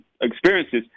experiences